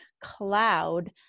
cloud